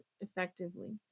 effectively